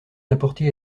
apporter